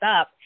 up